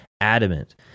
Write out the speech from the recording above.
adamant